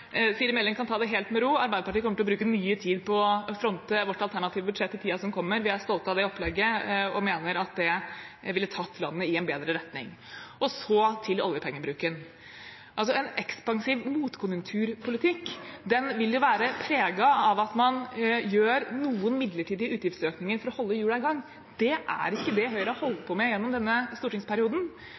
Siri Meling kan ta det helt med ro. Arbeiderpartiet kommer til å bruke mye tid på å fronte sitt alternative budsjett i tiden som kommer. Vi er stolte av det opplegget og mener at det ville tatt landet i en bedre retning. Og så til oljepengebruken. En ekspansiv motkonjunkturpolitikk vil være preget av at man gjør noen midlertidige utgiftsøkninger for å holde hjulene i gang. Det er ikke det Høyre har holdt på med gjennom denne stortingsperioden.